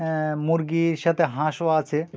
মুরগির সাথে হাঁসও আছে